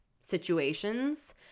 situations –